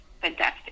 Fantastic